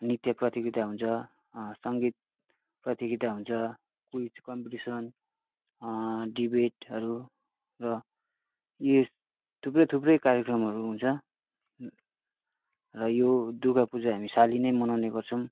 नृत्य प्रतियोगिता हुन्छ सङ्गीत प्रतियोगिता हुन्छ क्विज कम्पिटिसन डिबेटहरू र उयो थुप्रै थुप्रै कार्यक्रमहरू हुन्छ र यो दुर्गा पूजा हामी सालिनै मनाउने गर्छौँ